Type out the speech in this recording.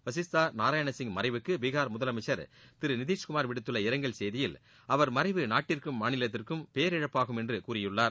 வஷிஸ்தா நாராயணசிங் மறைவுக்கு பீகார் முதலமைச்சர் திரு நிதிஷ்குமார் விடுத்துள்ள இரங்கல் செய்தியில் அவர் மறைவு நாட்டிற்கும் மாநிலத்துக்கும் பேரிழப்பாகும் என்று கூறியுள்ளார்